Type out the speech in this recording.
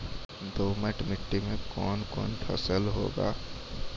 दोमट मिट्टी मे कौन कौन फसल होगा?